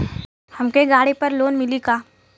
हमके गाड़ी पर लोन मिली का?